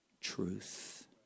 truth